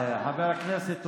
חבר הכנסת אופיר.